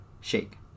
shake